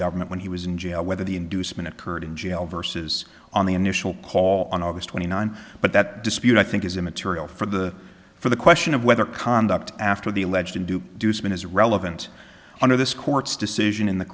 government when he was in jail whether the inducement occurred in jail versus on the initial call on august twenty nine but that dispute i think is immaterial for the for the question of whether conduct after the alleged undue dusun is relevant under this court's decision in the